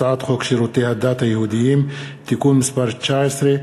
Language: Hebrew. הצעת חוק שירותי הדת היהודיים (תיקון מס' 19),